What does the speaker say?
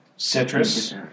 Citrus